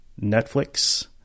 netflix